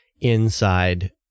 inside